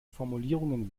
formulierungen